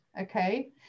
okay